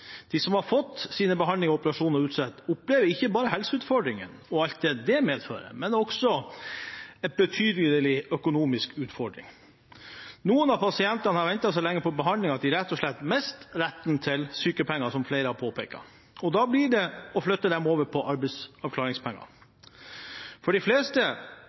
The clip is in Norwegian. De som har fått sine behandlinger og operasjoner utsatt, opplever ikke bare helseutfordringer og alt det medfører, men også en betydelig økonomisk utfordring. Noen av pasientene har ventet så lenge på behandling at de rett og slett mister retten til sykepenger, som flere har påpekt, og da blir det å flytte dem over på arbeidsavklaringspenger. For de fleste